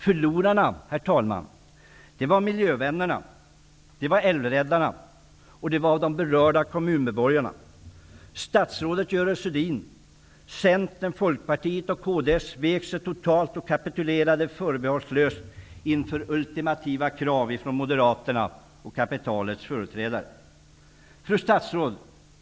Förlorarna, herr talman, var miljövännerna, älvräddarna och de berörda kommunmedborgarna. Statsrådet Görel Thurdin, Centern, Folkpartiet och kds vek sig totalt och kapitulerade förbehållslöst inför ultimativa krav från Moderaterna och kapitalets företrädare. Fru statsråd!